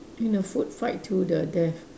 in a food fight to the death